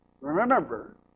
remember